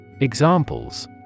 Examples